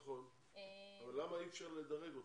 נכון, אבל למה אי אפשר לדרג אותו?